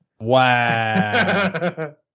Wow